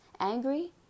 angry